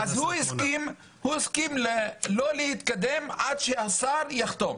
אז הוא הסכים לא להתקדם עד השר יחתום,